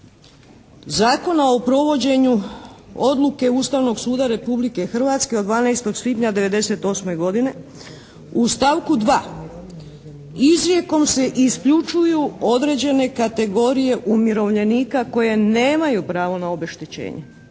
Zakona o provođenju odluke Ustavnog suda Republike Hrvatske od 12. svibnja '98. godine u stavku 2. izrijekom se isključuju određene kategorije umirovljenika koje nemaju pravo na obeštećenje.